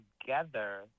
together